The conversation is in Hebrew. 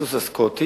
הסוס של הסקוטי.